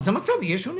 אז המצב יהיה שונה.